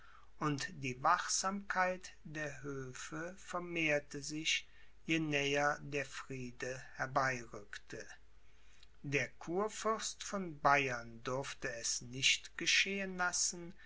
und die wachsamkeit der höfe vermehrte sich je näher der friede herbeirückte der kurfürst von bayern durfte es nicht geschehen lassen